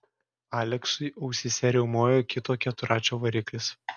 aleksui ausyse riaumojo kito keturračio variklis